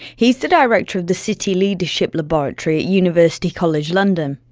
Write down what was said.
he's the director of the city leadership laboratory at university college london.